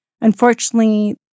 unfortunately